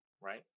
right